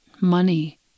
money